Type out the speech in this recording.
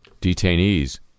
detainees